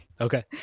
Okay